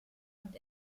und